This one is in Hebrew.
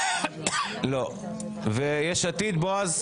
יש עתיד, בועז?